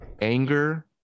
anger